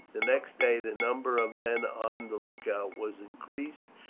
the next day the number of men on the lookout was increased,